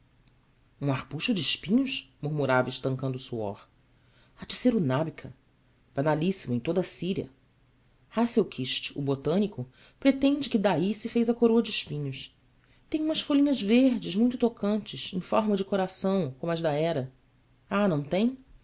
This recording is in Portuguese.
saber um arbusto de espinhos murmurava estancando o suor há de ser o nabka banalíssimo em toda a síria hasselquist o botânico pretende que daí se fez a coroa de espinhos tem umas folhinhas verdes muito tocantes em forma de coração como as da hera ah não tem